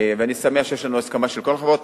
ואני שמח שיש לנו הסכמה של כל החברות.